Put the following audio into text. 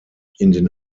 den